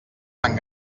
tan